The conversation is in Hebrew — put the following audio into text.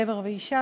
גבר ואישה,